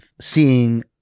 seeing